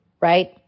right